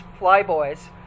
Flyboys